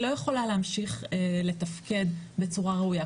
היא לא יכולה להמשיך לתפקד בצורה ראויה,